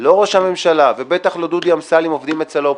לא ראש הממשלה ובטח לא דודי אמסלם עובדים אצל האופוזיציה.